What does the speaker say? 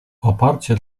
oparcie